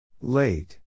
Late